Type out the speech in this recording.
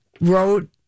wrote